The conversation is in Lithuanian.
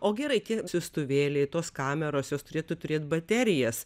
o gerai tie siųstuvėliai tos kameros jos turėtų turėt baterijas